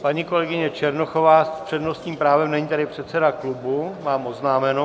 Paní kolegyně Černochová s přednostním právem, není tady předseda klubu, mám oznámeno.